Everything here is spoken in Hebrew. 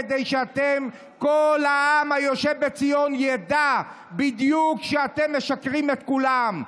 כדי שכל העם היושב בציון ידע בדיוק שאתם משקרים את כולם.